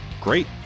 great